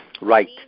Right